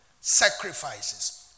sacrifices